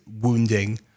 wounding